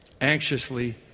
Anxiously